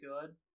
good